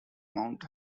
mount